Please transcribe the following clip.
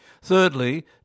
Thirdly